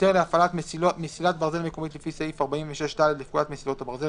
(28)היתר להפעלת מסילת ברזל מקומית לפי סעיף 46ד לפקודת מסילות הברזל ,